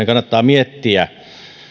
kannattaa miettiä